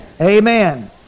Amen